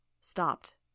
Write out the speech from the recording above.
Stopped